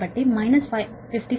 కాబట్టి మైనస్ 55